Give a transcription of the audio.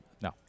No